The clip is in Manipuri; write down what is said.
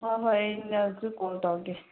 ꯍꯣꯏ ꯍꯣꯏ ꯑꯩꯅꯁꯨ ꯀꯣꯜ ꯇꯧꯒꯦ